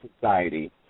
Society